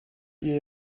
ihr